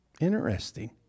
Interesting